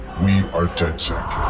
we are dedsec